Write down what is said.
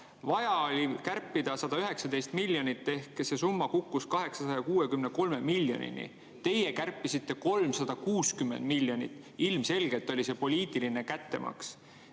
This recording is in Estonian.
Vaja oli kärpida 119 miljonit, ehk see summa kukkus 863 miljonini. Teie kärpisite 360 miljonit. Ilmselgelt oli see poliitiline kättemaks. Teine